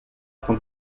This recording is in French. sont